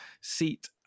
seat